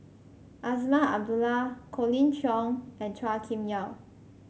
Azman Abdullah Colin Cheong and Chua Kim Yeow